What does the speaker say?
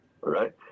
right